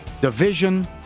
division